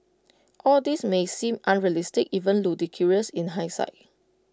all this may seem unrealistic even ludicrous in hindsight